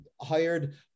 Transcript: hired